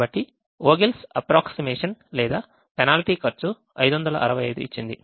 కాబట్టి Vogel's approximation లేదా penalty ఖర్చు 565 ఇచ్చింది